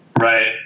Right